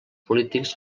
polítics